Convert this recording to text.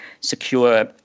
secure